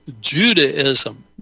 Judaism